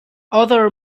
other